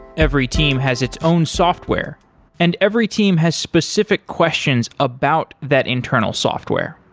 every team has its own software and every team has specific questions about that internal software.